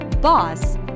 boss